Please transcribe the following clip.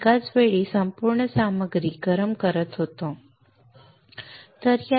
आम्ही एकाच वेळी संपूर्ण सामग्री संपूर्ण सामग्री गरम करत होतो बरोबर